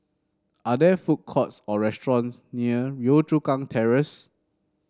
are there food courts or restaurants near Yio Chu Kang Terrace